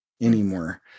anymore